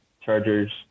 Chargers